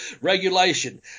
regulation